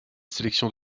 sélections